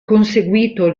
conseguito